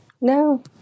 No